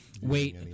Wait